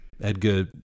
Edgar